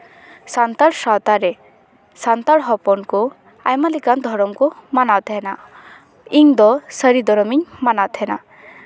ᱥᱟᱱᱛᱟᱲ ᱥᱟᱶᱛᱟ ᱨᱮ ᱥᱟᱱᱛᱟᱲ ᱦᱚᱯᱚᱱ ᱠᱚ ᱟᱭᱢᱟ ᱞᱮᱠᱟᱱ ᱫᱷᱚᱨᱚᱢ ᱠᱚ ᱢᱟᱱᱟᱣ ᱛᱟᱦᱮᱱᱟ ᱤᱧ ᱫᱚ ᱥᱟᱹᱨᱤ ᱫᱷᱚᱨᱚᱢ ᱤᱧ ᱢᱟᱱᱟᱣ ᱛᱟᱦᱮᱱᱟ